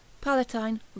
palatine